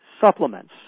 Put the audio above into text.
supplements